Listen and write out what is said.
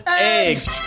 eggs